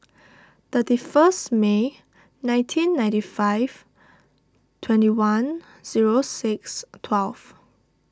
thirty first May nineteen ninety five twenty one zero six twelve